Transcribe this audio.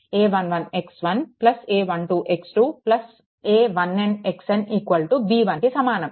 a1nxn b1 కి సమానం